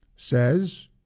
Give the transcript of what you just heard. Says